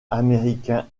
américains